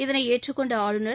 இதனை ஏற்றுக்கொண்ட ஆளுநர்